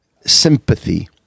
sympathy